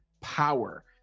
power